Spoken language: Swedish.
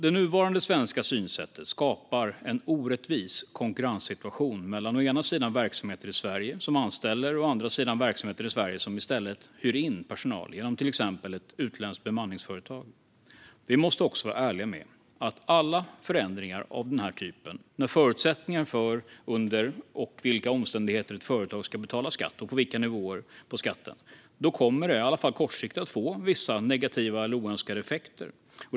Det nuvarande svenska synsättet skapar en orättvis konkurrenssituation mellan å ena sidan verksamheter i Sverige som anställer, och å andra sidan verksamheter i Sverige som i stället hyr in personal genom till exempel ett utländskt bemanningsföretag. Vi måste också vara ärliga med att alla förändringar av denna typ - förutsättningar för under vilka omständigheter ett företag ska betala skatt och på vilka nivåer - kommer, i alla fall kortsiktigt, att få vissa negativa eller oönskade effekter.